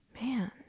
Man